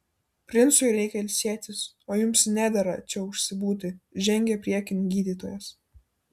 princui reikia ilsėtis o jums nedera čia užsibūti žengė priekin gydytojas